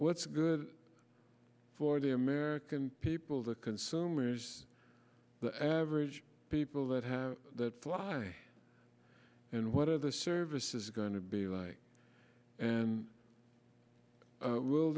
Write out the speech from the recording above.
good for the american people the consumers the average people that have that fly and what are the services going to be like and will